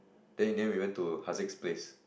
then you didn't even to Harzik's place